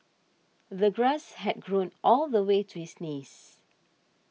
the grass had grown all the way to his knees